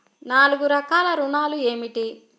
నాలుగు రకాల ఋణాలు ఏమిటీ?